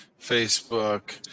Facebook